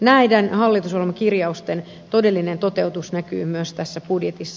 näiden hallitusohjelmakirjausten todellinen toteutus näkyy myös tässä budjetissa